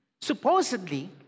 supposedly